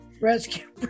rescue